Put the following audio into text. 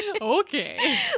Okay